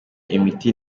imiti